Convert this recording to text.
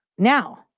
Now